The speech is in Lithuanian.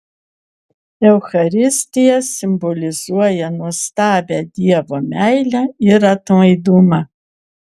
eucharistija simbolizuoja nuostabią dievo meilę ir atlaidumą